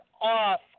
off